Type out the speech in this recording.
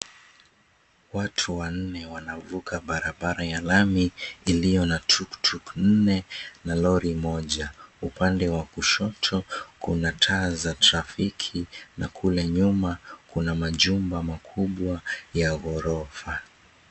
Watu wanne wanavuka barabara ya lami, iliyo na tuktuk nne na lori moja. Upande wa kushoto, kuna taa za trafiki na kule nyuma, kuna majumba makubwa ya ghorofa.